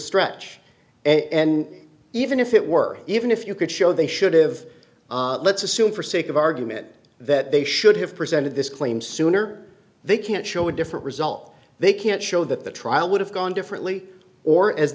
stretch and even if it were even if you could show they should have let's assume for sake of argument that they should have presented this claim sooner they can't show a different result they can't show that the trial would have gone differently or as